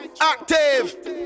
Active